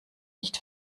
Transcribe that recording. nicht